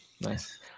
Nice